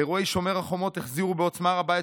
אירועי שומר החומות החזירו בעוצמה רבה את